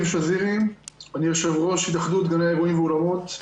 אני יושב-ראש התאחדות גני האירועים והאולמות.